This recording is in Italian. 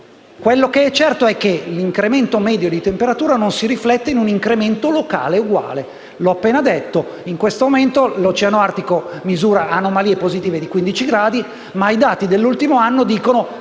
Quello che è certo è che l'incremento medio di temperatura non si riflette in un incremento locale uguale. L'ho appena detto: in questo momento l'oceano artico misura anomalie positive di 15 gradi ma i dati dell'ultimo anno parlano di